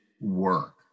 work